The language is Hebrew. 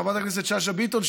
חברת הכנסת שאשא ביטון,